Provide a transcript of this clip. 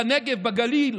בנגב, בגליל,